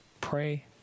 pray